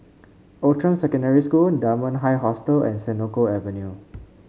Outram Secondary School Dunman High Hostel and Senoko Avenue